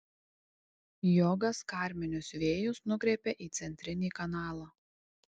jogas karminius vėjus nukreipia į centrinį kanalą